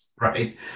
Right